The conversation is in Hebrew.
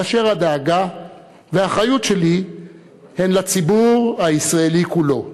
כאשר הדאגה והאחריות שלי הן לציבור הישראלי כולו?